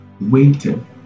waiting